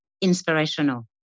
inspirational